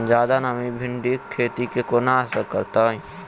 जियादा नमी भिंडीक खेती केँ कोना असर करतै?